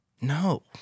no